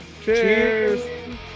Cheers